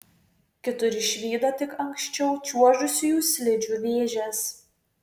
kitur išvydo tik anksčiau čiuožusiųjų slidžių vėžes